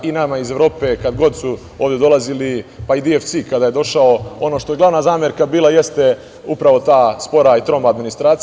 Nama iz Evrope kad god su ovde dolazili, pa i DFS kada je došao, ono što je glavna zamerka bila jeste upravo ta spora i troma administracija.